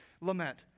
lament